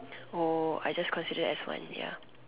oh I just consider it as one ya